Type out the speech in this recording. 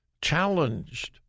challenged